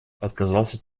отказался